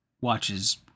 watches